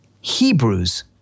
Hebrews